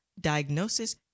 diagnosis